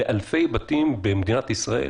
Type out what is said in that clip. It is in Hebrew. לאלפי בתים במדינת ישראל.